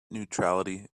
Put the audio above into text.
neutrality